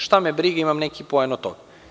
Šta me briga, imam neki poen od toga.